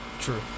True